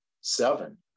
seven